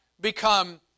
become